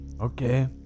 Okay